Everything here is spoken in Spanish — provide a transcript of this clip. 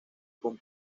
con